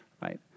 right